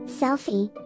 selfie